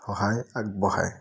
সহায় আগবঢ়ায়